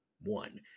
One